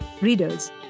readers